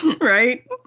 Right